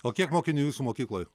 o kiek mokinių jūsų mokykloj